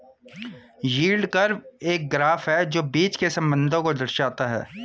yield curve एक graph है जो बीच के संबंध को दर्शाता है